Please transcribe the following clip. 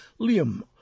Liam